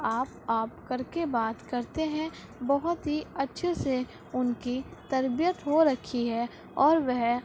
آپ آپ کر کے بات کرتے ہیں بہت ہی اچھے سے ان کی تربیت ہو رکھی ہے اور وہ